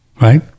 right